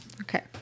Okay